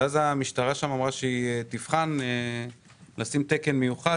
המשטרה אמרה שהיא תבחן את האפשרות לשים תקן מיוחד